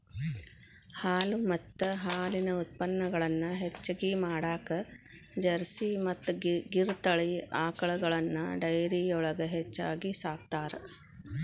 ಹಾಲು ಮತ್ತ ಹಾಲಿನ ಉತ್ಪನಗಳನ್ನ ಹೆಚ್ಚಗಿ ಮಾಡಾಕ ಜರ್ಸಿ ಮತ್ತ್ ಗಿರ್ ತಳಿ ಆಕಳಗಳನ್ನ ಡೈರಿಯೊಳಗ ಹೆಚ್ಚಾಗಿ ಸಾಕ್ತಾರ